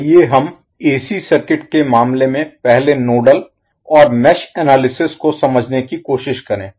आइए हम AC circuit के मामले में पहले नोडल और मेष एनालिसिस विश्लेषण Analysis को समझने की कोशिश करें